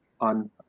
on